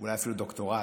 אולי אפילו דוקטורט.